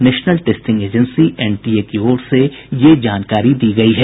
national testing agency NTA की ओर से यह जानकारी दी गयी है